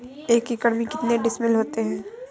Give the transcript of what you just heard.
एक एकड़ में कितने डिसमिल होता है?